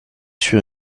sur